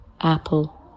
Apple